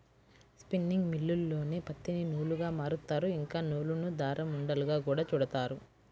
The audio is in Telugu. స్పిన్నింగ్ మిల్లుల్లోనే పత్తిని నూలుగా మారుత్తారు, ఇంకా నూలును దారం ఉండలుగా గూడా చుడతారు